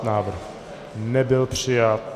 Návrh nebyl přijat.